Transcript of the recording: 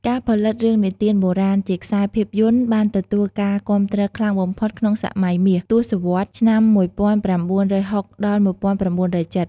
ការផលិតរឿងនិទានបុរាណជាខ្សែភាពយន្តបានទទួលការគាំទ្រខ្លាំងបំផុតក្នុង សម័យមាស ទសវត្សរ៍ឆ្នាំ១៩៦០ ដល់ ១៩៧០។